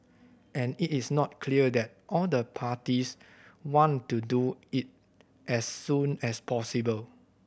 and it is not clear that all the parties want to do it as soon as possible